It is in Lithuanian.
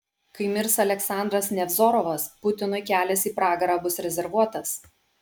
kai mirs aleksandras nevzorovas putinui kelias į pragarą bus rezervuotas